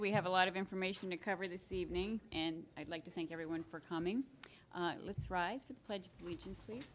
we have a lot of information to cover this evening and i'd like to thank everyone for coming let's get the pledge of allegiance